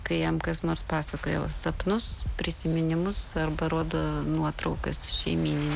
kai jam kas nors pasakoja sapnus prisiminimus arba rodo nuotraukas šeimynin